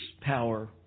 power